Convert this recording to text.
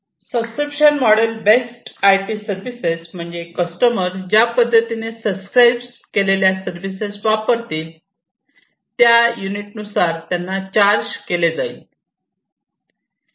subscription model based IT services म्हणजे customer ज्या पद्धतीने सबस्क्राईब केलेल्या सर्विसेस वापरतील त्या युनिट नुसार त्यांना चार्ज केले जाईल